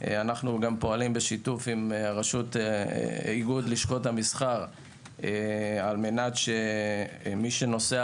אנו גם פועלים בשיתוף עם רשות איגוד לשכות המסחר כדי שמי שנוסע